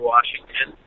Washington